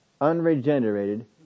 unregenerated